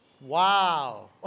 Wow